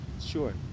Sure